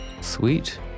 Sweet